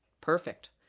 perfect